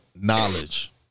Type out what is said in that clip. knowledge